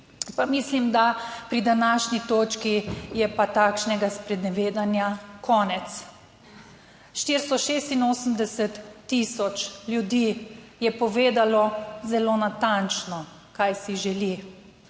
mislim, da pri današnji točki je pa takšnega sprenevedanja konec. 486000 ljudi je povedalo zelo natančno, kaj si želi,